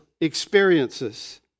experiences